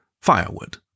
firewood